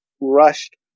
rushed